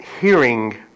hearing